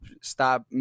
stop